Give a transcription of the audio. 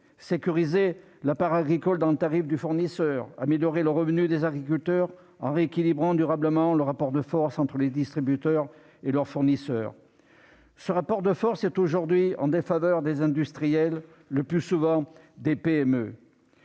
sécuriser la part agricole dans le tarif du fournisseur et améliorer le revenu des agriculteurs en rééquilibrant durablement le rapport de force entre les distributeurs et leurs fournisseurs- ce rapport de force est aujourd'hui en défaveur des industriels, le plus souvent des PME.